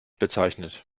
bezeichnet